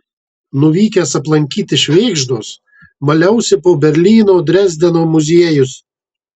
nuvykęs aplankyti švėgždos maliausi po berlyno drezdeno muziejus